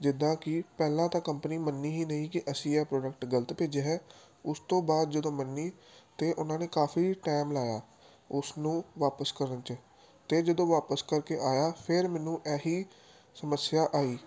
ਜਿੱਦਾਂ ਕਿ ਪਹਿਲਾਂ ਤਾਂ ਕੰਪਨੀ ਮੰਨੀ ਹੀ ਨਹੀਂ ਕਿ ਅਸੀਂ ਇਹ ਪ੍ਰੋ਼ਡਕਟ ਗਲਤ ਭੇਜਿਆ ਹੈ ਉਸ ਤੋਂ ਬਾਅਦ ਜਦੋਂ ਮੰਨੀ ਤਾਂ ਉਨ੍ਹਾਂ ਨੇ ਕਾਫ਼ੀ ਟੈਮ ਲਾਇਆ ਉਸ ਨੂੰ ਵਾਪਸ ਕਰਨ 'ਚ ਅਤੇ ਜਦੋਂ ਵਾਪਸ ਕਰ ਕੇ ਆਇਆ ਫਿਰ ਮੈਨੂੰ ਇਹ ਹੀ ਸਮੱਸਿਆ ਆਈ